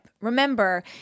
Remember